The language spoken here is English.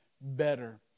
better